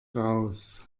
raus